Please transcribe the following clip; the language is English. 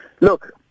Look